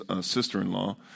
sister-in-law